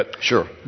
Sure